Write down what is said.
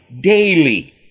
daily